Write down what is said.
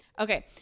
okay